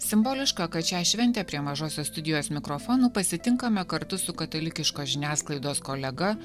simboliška kad šią šventę prie mažosios studijos mikrofonų pasitinkame kartu su katalikiškos žiniasklaidos kolega